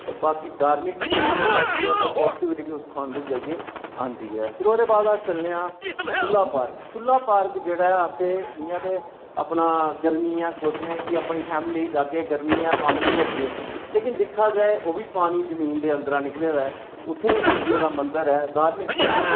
ते बाकी धार्मिक तरीके कन्नै दिखगेअंदर पाजिटिविटी बी उस स्थान ते जाइयै आंदी ऐ ओह्दे बाद अस चलनें आं सुल्ला पार्क सुल्ला पार्क जेह्ड़ा ऐ असें इ'यां ते अपना गर्मियें च अस सोचनें की अपनी फैमिली लेई जागे गर्मियां पानी च न्हौगे लेकिन दिक्खेआ जा ओह् बी पानी जमीन दे अंदरां निकले दा ऐ उत्थै बी शिवजी दा मंदर ऐ